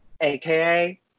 aka